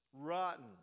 rotten